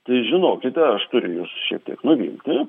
tai žinokite aš turiu jus šiek tiek nuvilti